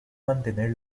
mantener